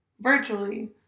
virtually